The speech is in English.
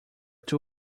too